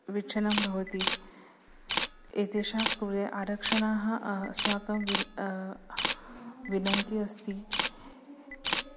विच्छनं भवति एतेषां कृते आरक्षणाः अः अस्माकं विन् विनन्ति अस्ति